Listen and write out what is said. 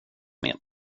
med